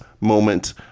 moment